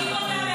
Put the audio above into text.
הלהט"בים.